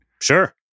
Sure